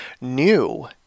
New